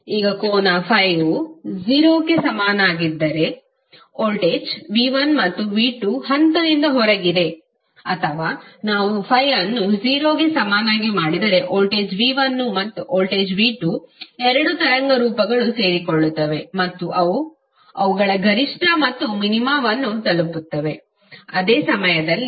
ಈಗ ಕೋನ∅ವು 0 ಕ್ಕೆ ಸಮನಾಗಿರದಿದ್ದರೆ ವೋಲ್ಟೇಜ್ v1 ಮತ್ತು v2 ಹಂತದಿಂದ ಹೊರಗಿದೆ ಅಥವಾ ನಾವು ∅ಅನ್ನು 0 ಗೆ ಸಮನಾಗಿ ಮಾಡಿದರೆ ವೋಲ್ಟೇಜ್ v1 ಮತ್ತು ವೋಲ್ಟೇಜ್ v2 ಎರಡೂ ತರಂಗ ರೂಪಗಳು ಸೇರಿಕೊಳ್ಳುತ್ತವೆ ಮತ್ತು ಅವು ಅವುಗಳ ಗರಿಷ್ಠ ಮತ್ತು ಮಿನಿಮಾವನ್ನು ತಲುಪುತ್ತವೆ ಅದೇ ಸಮಯದಲ್ಲಿ